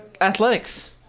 athletics